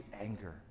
anger